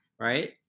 right